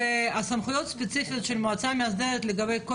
והסמכויות הספציפיות של המועצה המאסדרת לגבי כל